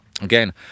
again